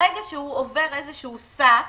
ברגע שהוא עובר איזשהו סף